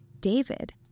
David